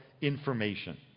information